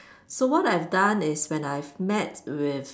so what I've done is when I've met with